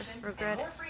regret